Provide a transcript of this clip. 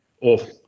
awful